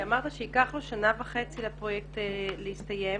אמר שייקח שנה וחצי לפרויקט להסתיים